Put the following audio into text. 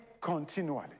continually